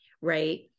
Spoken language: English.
Right